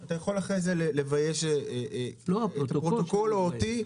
אתה יכול אחר כך לבייש את הפרוטוקול או אותי,